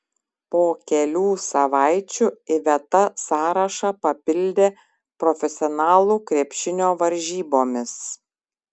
po kelių savaičių iveta sąrašą papildė profesionalų krepšinio varžybomis